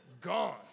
gone